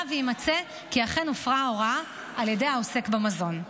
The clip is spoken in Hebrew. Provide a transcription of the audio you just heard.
שיימצא כי אכן הופרה ההוראה על ידי העוסק במזון.